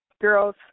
girls